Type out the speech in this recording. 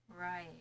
Right